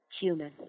human